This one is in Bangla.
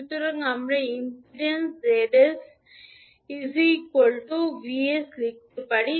সুতরাং আমরা ইমপিডেন্স Z 𝑠 𝑉 𝑠 লিখতে পারে